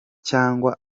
cyangwa